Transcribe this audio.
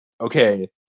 Okay